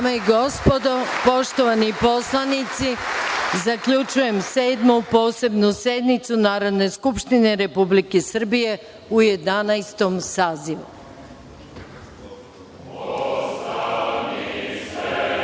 Dame i gospodo narodni poslanici, zaključujem Sedmu posebnu sednicu Narodne skupštine Republike Srbije u Jedanaestom